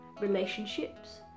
relationships